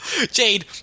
Jade